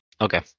Okay